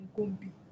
Gumbi